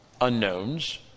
unknowns